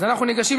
אז אנחנו ניגשים,